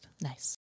Nice